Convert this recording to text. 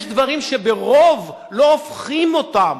יש דברים שברוב לא הופכים אותם.